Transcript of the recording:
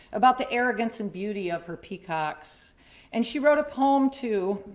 about the arrogance and beauty of her peacocks and she wrote a poem, too.